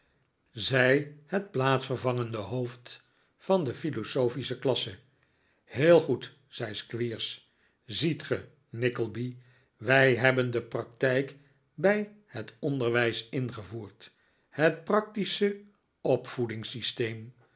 zei het plaatsvervangende hoofd van de philosophische klasse heel goed zei squeers ziet ge nickleby wij hebben de practijk bij het onderwijs ingevoerd het practische